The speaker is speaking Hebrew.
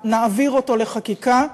שנעביר אותו לחקיקה.